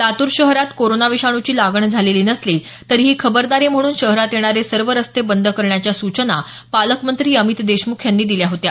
लातूर शहरात कोरोना विषाणूची लागण झालेली नसली तरीही खबरदारी म्हणून शहरात येणारे सर्व रस्ते बंद करण्याच्या सूचना पालकमंत्री अमित देशमुख यांनी दिल्या होत्या